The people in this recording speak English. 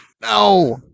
No